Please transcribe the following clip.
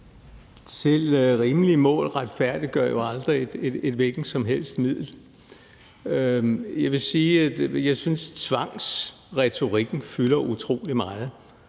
Selv rimelige mål retfærdiggør jo aldrig et hvilket som helst middel. Jeg vil sige, at jeg synes, tvangsretorikken fylder utrolig meget.